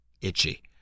itchy